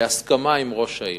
בהסכמה עם ראש העיר.